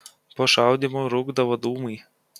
po šaudymų rūkdavo dūmai